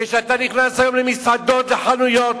כשאתה נכנס היום למסעדות, לחנויות,